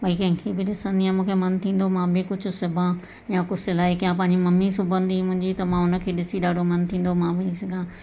भई कंहिंखें बि ॾिसंदी हुयमि मूंखे मनु थींदो हुओ मां बि कुझु सिबा या कुझु सिलाई कयां पंहिंजी मम्मी सिबंदी मुंहिंजी त मां उन खे ॾिसी ॾाढो मनु थींदो मां बि उहो ई सिखा